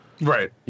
Right